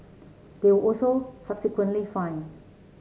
they were also subsequently fined